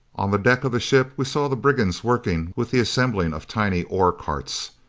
on the deck of the ship we saw the brigands working with the assembling of tiny ore carts.